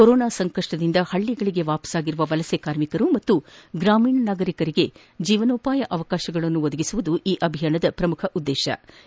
corona ಸಂಕಷ್ಟದಿಂದ ಹಳ್ಳಗಳಗೆ ವಾಪಸಾಗಿರುವ ವಲಸೆ ಕಾರ್ಮಿಕರು ಮತ್ತು ಗ್ರಾಮೀಣ ನಾಗರಿಕರಿಗೆ ಜೀವನೋಪಾಯ ಅವಕಾಶಗಳನ್ನು ಒದಗಿಸುವುದು ಈ ಅಭಿಯಾನದ ಪ್ರಮುಖ ಉದ್ದೇಶವಾಗಿದ್ದು